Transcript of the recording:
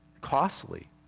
costly